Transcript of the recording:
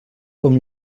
com